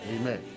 Amen